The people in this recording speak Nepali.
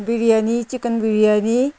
बिरियानी चिकन बिरियानी